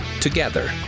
together